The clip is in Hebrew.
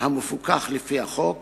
המפוקח לפי החוק